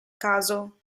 caso